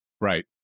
right